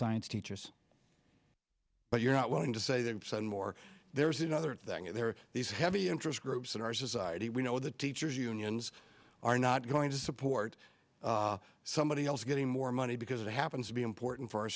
science teachers but you're not willing to say that more there's another thing if there are these heavy interest groups in our society we know that teachers unions are not going to support somebody else getting more money because that happens to be important for our